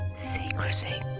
secrecy